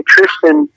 Tristan